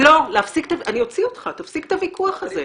לא, לא, אני אוציא אותך, תפסיק את הוויכוח הזה.